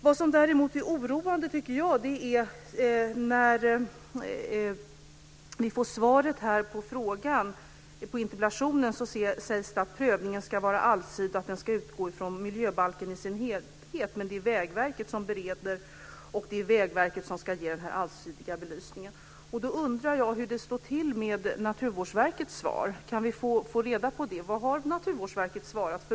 Vad som däremot är oroande, tycker jag, är att statsrådet i svaret på interpellationen säger att prövningen ska vara allsidig och utgå från miljöbalken i dess helhet, men att det är Vägverket som ska bereda och ge den allsidiga belysningen. Därför undrar jag hur det står till med Naturvårdsverkets svar. Kan vi få reda på det? Vad har Naturvårdsverket svarat?